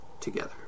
together